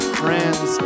friend's